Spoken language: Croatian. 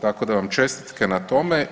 Tako da vam čestitke na tome.